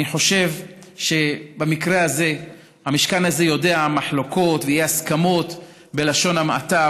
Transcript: אני חושב שהמשכן הזה יודע מחלוקות ואי-הסכמות בלשון המעטה,